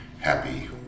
Happy